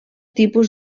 tipus